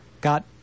got